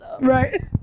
right